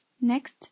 Next